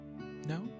No